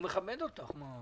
הוא מכבד אותך.